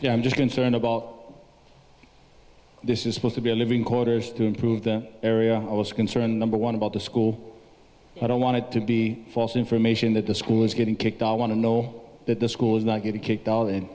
that i'm just concerned about this is supposed to be a living quarters to improve the area i was concerned number one about the school but i wanted to be false information that the school is getting kicked out i want to know that the school is not getting kicked out and